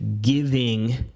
giving